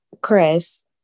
Chris